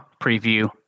Preview